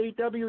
AW